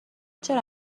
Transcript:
چرا